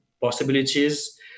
possibilities